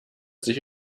sich